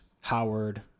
Howard